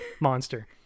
monster